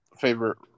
favorite